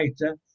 later